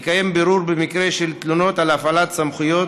לקיים בירור במקרה של תלונות על הפעלת סמכויות